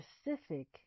specific